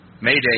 Mayday